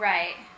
Right